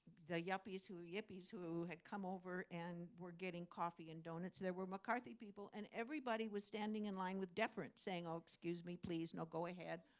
the yuppies yippies who had come over and were getting coffee and donuts. there were mccarthy people. and everybody was standing in line with deference, saying, oh, excuse me. please, no go ahead.